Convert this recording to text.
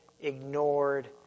ignored